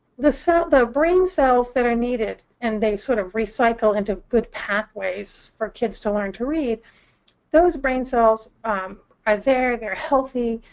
the and brain cells that are needed and they sort of recycle into good pathways for kids to learn to read those brain cells are there, they're healthy.